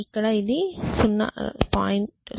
ఇక్కడ ఇది 0